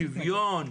שוויון,